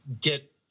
get